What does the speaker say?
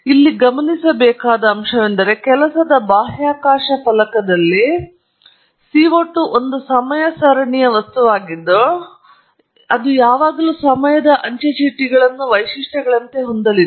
ನೀವು ಇಲ್ಲಿ ಗಮನಿಸಬೇಕಾದರೆ ಕೆಲಸದ ಬಾಹ್ಯಾಕಾಶ ಫಲಕದಲ್ಲಿ CO 2 ಒಂದು ಸಮಯ ಸರಣಿಯ ವಸ್ತುವಾಗಿದ್ದು ಆದ್ದರಿಂದ ಅದು ಯಾವಾಗಲೂ ಸಮಯದ ಅಂಚೆಚೀಟಿಗಳನ್ನು ವೈಶಿಷ್ಟ್ಯಗಳಂತೆ ಹೊಂದಲಿದೆ